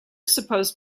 supposed